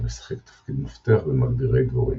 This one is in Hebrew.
ומשחק תפקיד מפתח במגדירי דבורים.